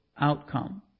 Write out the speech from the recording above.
outcome